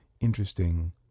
interesting